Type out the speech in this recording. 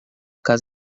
cas